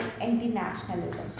anti-nationalism